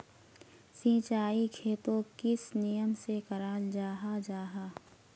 सिंचाई खेतोक किस नियम से कराल जाहा जाहा?